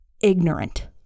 ignorant